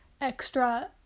extra